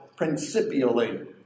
principially